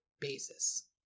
basis